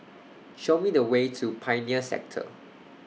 Show Me The Way to Pioneer Sector